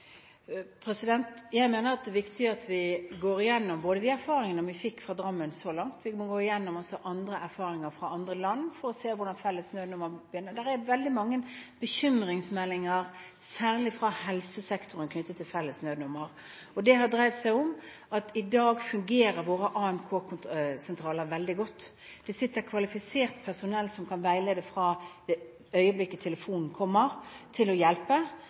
Jeg mener at det viktige er at vi går gjennom de erfaringene vi har fått fra Drammen så langt. Vi må gå gjennom andre erfaringer fra andre land, for å se hvordan felles nødnummer virker. Det er veldig mange bekymringsmeldinger, særlig fra helsesektoren, knyttet til felles nødnummer. Det har dreid seg om at i dag fungerer våre AMK-sentraler veldig godt. Det sitter kvalifisert personell som kan veilede fra det øyeblikket telefonen kommer, som kan hjelpe.